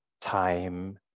Time